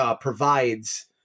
provides